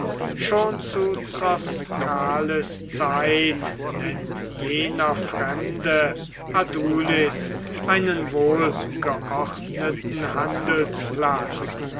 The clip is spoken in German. schon zu zoskales zeit nennt jener fremde adulis einen wohlgeordneten handelsplatz